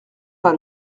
pas